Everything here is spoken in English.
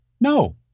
No